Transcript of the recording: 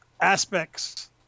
aspects